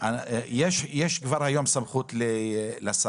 יש כבר היום סמכות לשר.